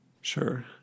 Sure